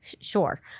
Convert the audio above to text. Sure